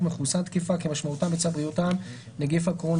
מחוסן תקפה כמשמעותה בצו בריאות העם (נגיף הקורונה